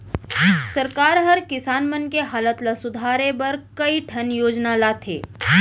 सरकार हर किसान मन के हालत ल सुधारे बर कई ठन योजना लाथे